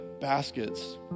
baskets